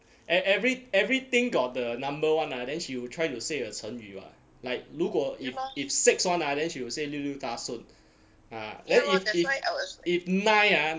e~ every everything got the number [one] mah then she will try to say a 成语 [what] like 如果 if if six [one] ah then she will say 六六大顺 ah then if if if nine ah